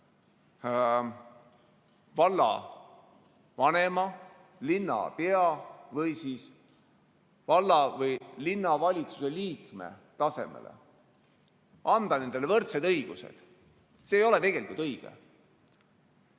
vallavanema, linnapea või valla‑ või linnavalitsuse liikme tasemele, anda nendele võrdsed õigused. See ei ole tegelikult õige.